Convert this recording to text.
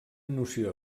noció